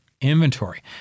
inventory